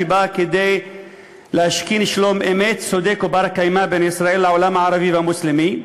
שבאה להשכין שלום-אמת צודק ובר-קיימא בין ישראל לעולם הערבי והמוסלמי.